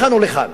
לכאן או לכאן.